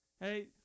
Hey